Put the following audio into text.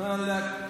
--- כמה יהודים רצחו